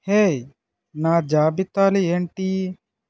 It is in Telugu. హే నా జాబితాలు ఏంటి